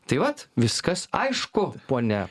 tai vat viskas aišku pone